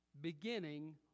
beginning